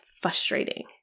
frustrating